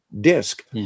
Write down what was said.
disc